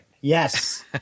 Yes